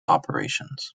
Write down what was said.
operations